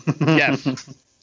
Yes